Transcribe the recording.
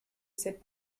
cette